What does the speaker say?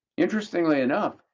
interestingly enough,